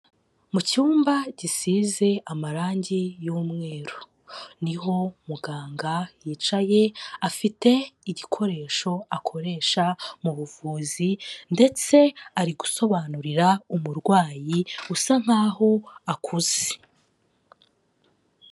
Mu cyumba gisize amarangi y'umweru, niho muganga yicaye afite igikoresho akoresha mu buvuzi ndetse ari gusobanurira umurwayi usa nk'aho akuze.